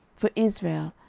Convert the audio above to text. for israel,